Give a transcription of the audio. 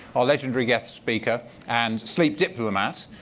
our legendary guest speaker and sleep diplomat,